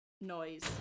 noise